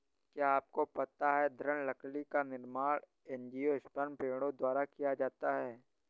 क्या आपको पता है दृढ़ लकड़ी का निर्माण एंजियोस्पर्म पेड़ों द्वारा किया जाता है?